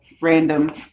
random